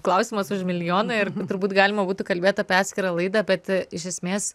klausimas už milijoną ir turbūt galima būtų kalbėt apie atskirą laidą bet iš esmės